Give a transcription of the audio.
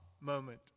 moment